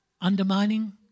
Undermining